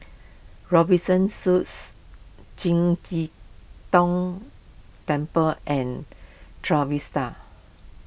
Robinson Suites Qing De Dong Temple and Trevista